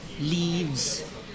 leaves